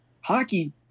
hockey